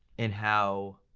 and how.